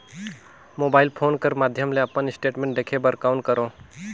Mobile phone कर माध्यम ले अपन स्टेटमेंट देखे बर कौन करों?